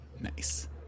Nice